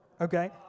okay